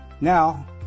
Now